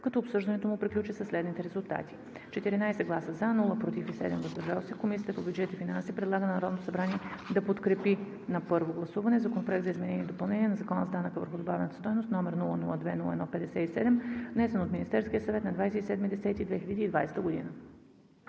като обсъждането му приключи със следните резултати: 14 гласа „за“, без „против“ и 7 „въздържал се“, Комисията по бюджет и финанси предлага на Народното събрание да подкрепи на първо гласуване Законопроект за изменение и допълнение на Закона за данъка върху добавената стойност, № 002-01-57, внесен от Министерския съвет на 27.10.2020 г.“